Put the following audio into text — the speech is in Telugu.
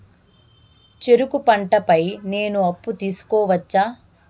చెరుకు పంట పై నేను అప్పు తీసుకోవచ్చా?